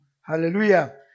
Hallelujah